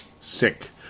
Sick